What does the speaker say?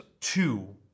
two